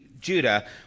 Judah